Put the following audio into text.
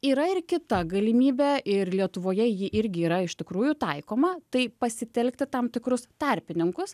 yra ir kita galimybė ir lietuvoje ji irgi yra iš tikrųjų taikoma tai pasitelkti tam tikrus tarpininkus